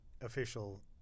official